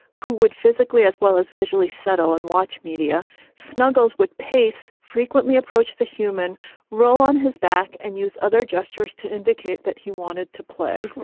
who would physically as well as visually settle and watch media snuggles, would pace frequently approached the human role on his back and use other gestures to indicate that he wanted to play